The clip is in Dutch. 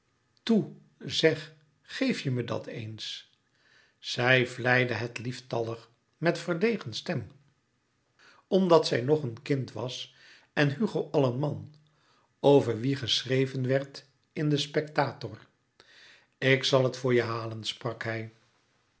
toe zeg geef je me dat eens louis couperus metamorfoze zij vleide het lieftallig met verlegen stem omdat zij nog een kind was en hugo al een man over wien geschreven werd in den spectator ik zal het voor je halen sprak hij